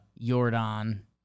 Jordan